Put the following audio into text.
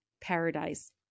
paradise